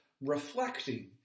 reflecting